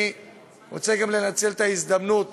אני רוצה לנצל את ההזדמנות